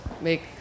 make